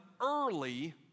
early